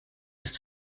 ist